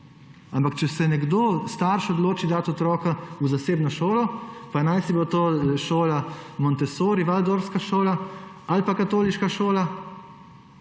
Ampak če se starš odloči dati otroka v zasebno šolo, pa naj si bo to šola montessori, waldorfska šola ali pa katoliška šola,